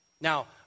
Now